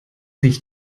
sich